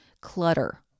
Clutter